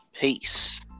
Peace